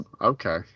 okay